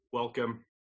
Welcome